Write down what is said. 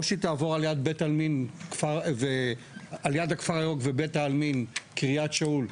או שתעבור על יד בית עלמין על יד הכפר הירוק ובית העלמין קריית שאול,